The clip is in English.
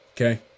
Okay